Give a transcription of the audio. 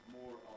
more